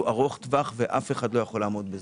ארוך טווח ואף אחד לא יכול לעמוד בזה.